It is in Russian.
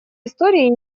истории